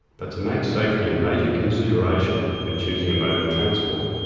but to make safety a major consideration when choosing a mode of transport.